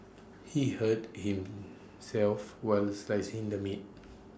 he hurt himself while slicing the meat